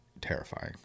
terrifying